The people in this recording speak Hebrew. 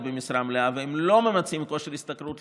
במשרה מלאה והם לא ממצים כושר השתכרות,